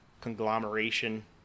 conglomeration